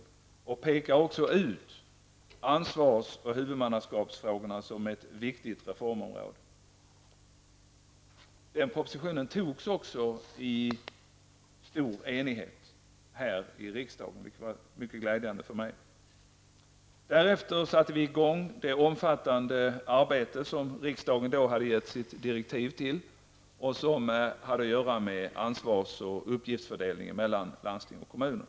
Propositionen pekade också ut ansvars och huvudmannaskapsfrågorna som ett viktigt reformområde. Denna proposition antogs av riksdagen under stor enighet, vilket var mycket glädjande för mig. Därefter satte vi i gång med det omfattande arbete som riksdagen då hade gett direktiv om och som hade att göra med ansvars och uppgiftsfördelning mellan landsting och kommuner.